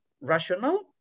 rational